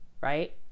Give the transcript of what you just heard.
right